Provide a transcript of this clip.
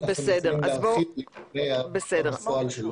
הם יכולים להרחיב לגבי הפתרון בפועל.